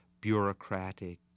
bureaucratic